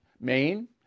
Maine